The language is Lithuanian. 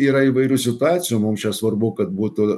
yra įvairių situacijų mums čia svarbu kad būtų